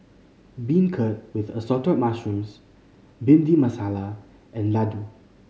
beancurd with Assorted Mushrooms Bhindi Masala and laddu